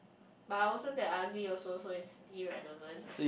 but I also that ugly also so is irrelevant